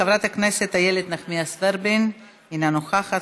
חברת הכנסת איילת נחמיאס ורבין אינה נוכחת,